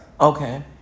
Okay